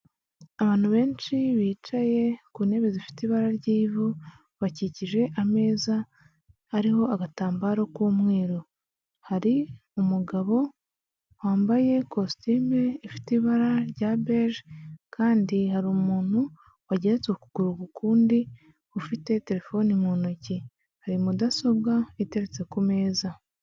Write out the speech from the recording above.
Abantu benshi bicaye ku ntebe zifite ibara ry'ivu, bakikije ameza ariho agatambaro k'umweru, hari umugabo wambaye kositime ifite ibara rya beji kandi hari umuntu wageretse ukuguru k'ukundi ufite telefone mu ntoki, hari mudasobwa iteretse ku meza.